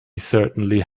certainly